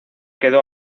quedó